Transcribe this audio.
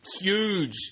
huge